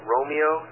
Romeo